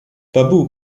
babu